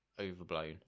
overblown